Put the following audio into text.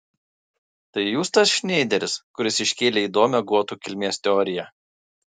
tai jūs tas šneideris kuris iškėlė įdomią gotų kilmės teoriją